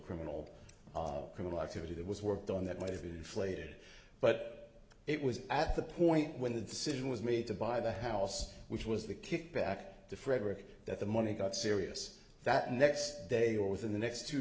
criminal criminal activity that was worked on that might be flayed but it was at the point when the decision was made to buy the house which was the kickback to frederick that the money got serious that next day or within the next two